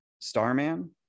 Starman